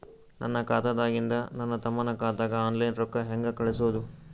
ನನ್ನ ಖಾತಾದಾಗಿಂದ ನನ್ನ ತಮ್ಮನ ಖಾತಾಗ ಆನ್ಲೈನ್ ರೊಕ್ಕ ಹೇಂಗ ಕಳಸೋದು?